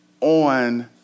on